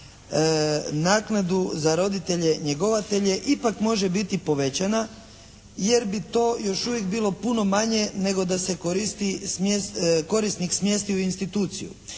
naknadu za roditelje njegovatelje ipak može biti povećana jer bi to još uvijek bilo puno manje nego da se korisnik smjesti u instituciju.